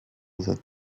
that